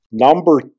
number